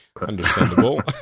Understandable